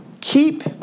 Keep